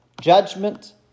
judgment